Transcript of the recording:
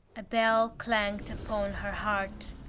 a bell clanged upon her heart.